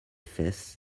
fes